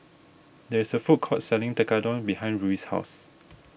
there is a food court selling Tekkadon behind Ruie's house